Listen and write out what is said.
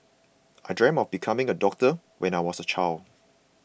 I dreamt of becoming a doctor when I was a child